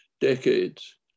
decades